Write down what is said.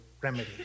remedy